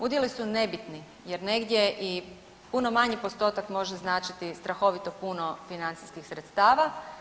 Udjeli su nebitni jer negdje i puno manji postotak može značiti strahovito puno financijskih sredstava.